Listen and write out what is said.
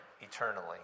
eternally